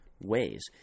Ways